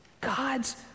God's